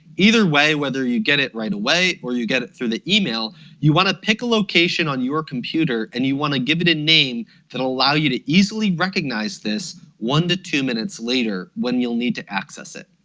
either way, whether you get it right away or you get it through the email you want to pick a location on your computer and you want to give it a name that'll allow you to easily recognize this one to two minutes later when you'll need to access it.